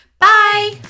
Bye